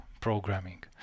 programming